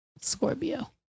Scorpio